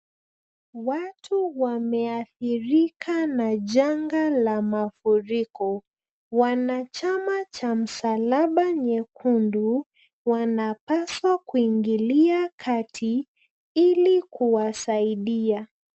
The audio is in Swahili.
Watu wameathirika na janga la mafuriko. Wanachama cha msalaba nyekundu, wanapaswa kuingilia kati ili kuwasaidia.